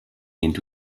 into